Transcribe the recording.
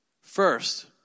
First